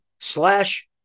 slash